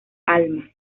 alma